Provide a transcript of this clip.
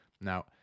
Now